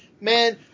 Man